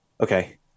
okay